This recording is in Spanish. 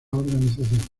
organización